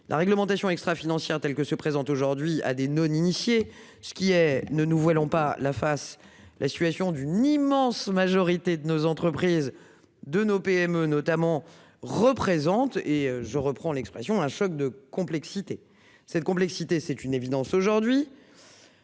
La réglementation extra-financière telle que se présente aujourd'hui à des non-initiés. Ce qui est, ne nous voilons pas la face. La situation d'une immense majorité de nos entreprises, de nos PME notamment représente et je reprends l'expression, un choc de complexité cette complexité. C'est une évidence aujourd'hui.